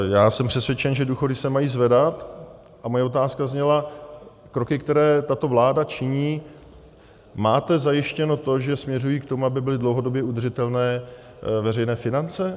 Já jsem přesvědčen, že důchody se mají zvedat, a moje otázka zněla: kroky, které tato vláda činí máte zajištěno to, že směřují k tomu, aby byly dlouhodobě udržitelné veřejné finance?